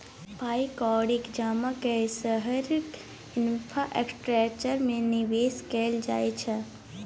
पाइ कौड़ीक जमा कए शहरक इंफ्रास्ट्रक्चर मे निबेश कयल जाइ छै